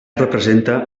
representa